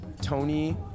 Tony